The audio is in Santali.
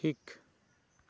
ᱴᱷᱤᱠ